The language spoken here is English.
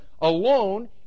alone